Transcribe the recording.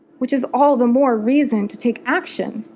which is all the more reason to take action.